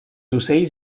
ocells